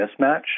mismatch